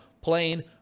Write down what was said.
playing